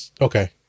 Okay